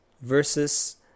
versus